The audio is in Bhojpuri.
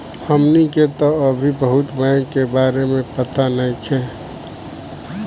हमनी के तऽ अभी बहुत बैंक के बारे में पाता नइखे